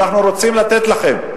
אנחנו רוצים לתת לכם.